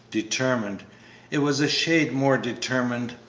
determined it was a shade more determined,